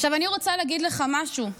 עכשיו אני רוצה להגיד לך משהו.